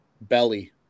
belly